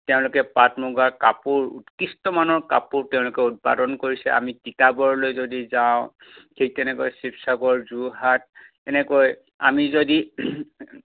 তেওঁলোকে পাট মুগা কাপোৰ উৎকৃষ্টমানৰ কাপোৰ তেওঁলোকে উৎপাদন কৰিছে আমি তিতাবৰলৈ যদি যাওঁ ঠিক তেনেকৈ শিৱসাগৰ যোৰহাট এনেকৈ আমি যদি